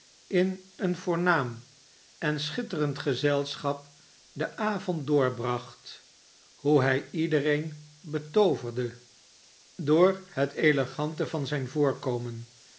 in een voornaam en schitterend gezelschap den avond doorbracht hoe hij iedereen betooverde door het elegante van zijn voorkomen